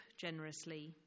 generously